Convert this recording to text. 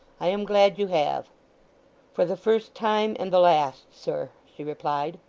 i am glad you have for the first time, and the last, sir she replied.